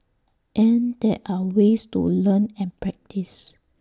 and there are ways to learn and practice